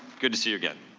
good to see you again.